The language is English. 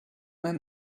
man